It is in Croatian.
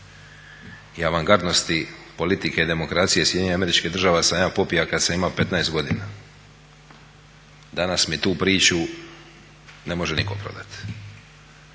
i avangardnosti politike i demokracije SAD-a sam ja popija kad sam ima 15 godina. Danas mi tu priču ne može nitko prodat.